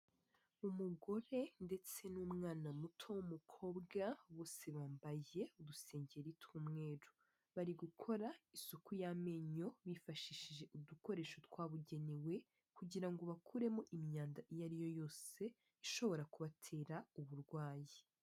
Umugore ndetse n'umwana muto w'umukobwa, bose bambaye udusengeri tw'umweru, bari gukora isuku y'amenyo bifashishije udukoresho twabugenewe kugira ngo bakuremo imyanda iyo ari yo yose ishobora kubatera uburwayi.